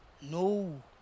No